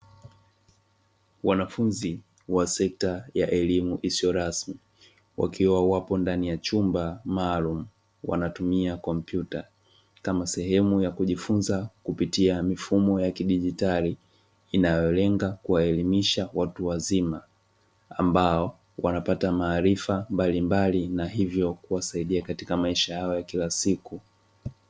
Wanafunzi wa sekta ya elimu isiyo rasmi, wakiwa wapo ndani ya chumba maalumu; wanatumia kompyuta kama sehemu ya kujifunza kupitia mifumo ya kidigitali, inayolenga kuwaelimisha watu wazima ambao wanapata maarifa mbalimbali na hivyo kuwasaidia katika maisha yao ya kila siku.